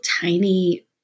tiny